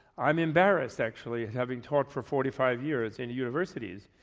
i'm embarrassed actually having taught for forty five years in universities,